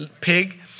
Pig